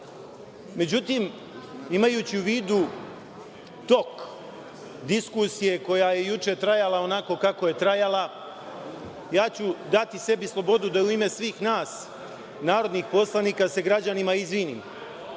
najbolji.Međutim, imajući u vidu tok diskusije koja je juče trajala onako kako je trajala. Daću sebi slobodu da u ime svih nas narodnih poslanika da se građanima izvinim,